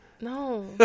no